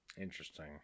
Interesting